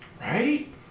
Right